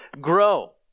grow